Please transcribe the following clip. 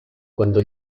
cuando